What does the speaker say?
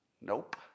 Nope